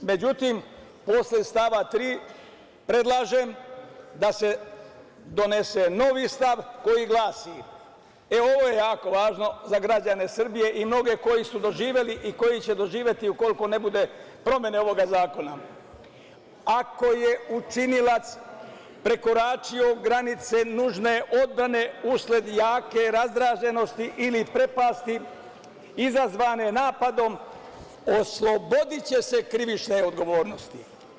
Međutim, posle stava 3. predlažem da se donese novi stav, koji glasi, ovo je jako važno za građane Srbije i mnoge koji su doživeli i koji će doživeti, ukoliko ne bude promene ovog zakona – ako je učinilac prekoračio granice nužne odbrane usled jake razdraženosti ili prepasti izazvane napadom, oslobodiće se krivične odgovornosti.